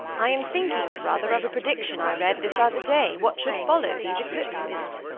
i am thinking, brother, of a prediction i read this other day, what should follow these eclipses.